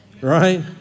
right